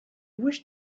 wish